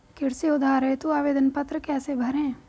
कृषि उधार हेतु आवेदन पत्र कैसे भरें?